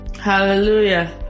Hallelujah